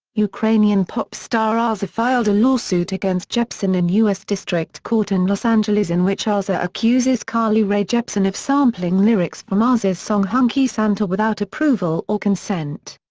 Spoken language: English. ukrainian pop star aza filed a lawsuit against jepsen in us district court in los angeles in which aza accuses carly rae jepsen of sampling lyrics from aza's song hunky santa without approval or consent.